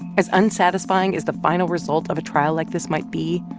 as unsatisfying as the final result of a trial like this might be,